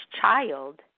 child